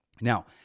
Now